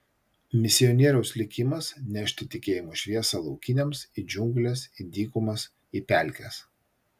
misionieriaus likimas nešti tikėjimo šviesą laukiniams į džiungles į dykumas į pelkes